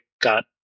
got